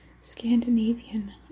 Scandinavian